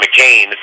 McCain